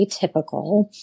atypical